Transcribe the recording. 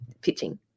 pitching